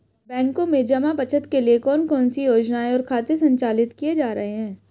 बैंकों में जमा बचत के लिए कौन कौन सी योजनाएं और खाते संचालित किए जा रहे हैं?